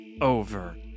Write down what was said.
over